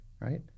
right